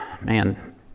Man